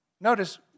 Notice